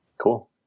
Cool